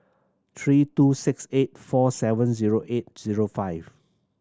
three two six eight four seven zero eight zero five